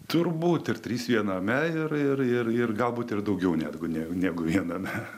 turbūt ir trys viename ir ir galbūt ir daugiau negu ne negu viename